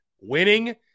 Winning